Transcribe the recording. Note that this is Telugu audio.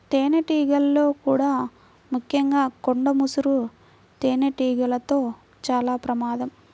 తేనెటీగల్లో కూడా ముఖ్యంగా కొండ ముసురు తేనెటీగలతో చాలా ప్రమాదం